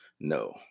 No